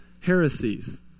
heresies